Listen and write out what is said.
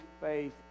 faith